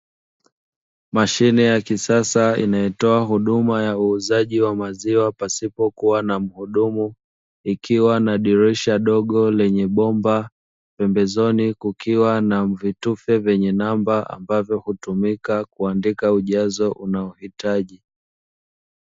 Mashine ya kisasa inayotoa huduma ya uuzaji wa maziwa pasipo kuwa na mhudumu ikiwa na dirisha dogo lenye bomba, pembezoni kukiwa na vitufe vyenye namba ambavyo hutumika kuandika ujazo unaohitaji.